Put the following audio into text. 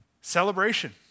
Celebration